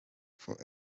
for